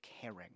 caring